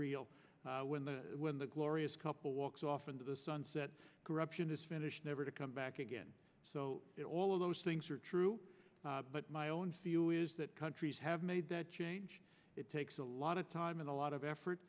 real when the when the glorious couple walks off into the sunset corruption is finished never to come back again so that all of those things are true but my own feeling is that countries have made that change it takes a lot of time and a lot of effort